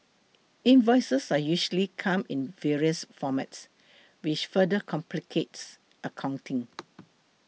invoices are usually come in various formats which further complicates accounting